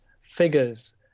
figures